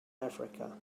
africa